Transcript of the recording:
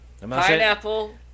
Pineapple